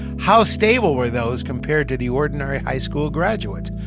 how stable were those compared to the ordinary high school graduate?